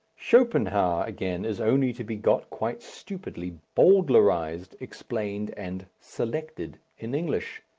schopenhauer again is only to be got quite stupidly bowdlerized, explained, and selected in english.